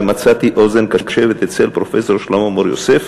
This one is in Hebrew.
ומצאתי אוזן קשבת אצל פרופסור שלמה מור-יוסף,